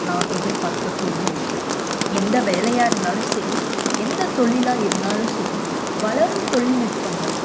நான் எதிர்ப்பார்க்கக்கூடிய விஷயம் எந்த வேலையாக இருந்தாலும் சரி எந்த தொழிலாக இருந்தாலும் சரி வளரும் தொழிநுட்பங்கள்